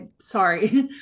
sorry